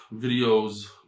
videos